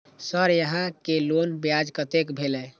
Sir यहां के loan ब्याज कतेक भेलेय?